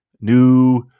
New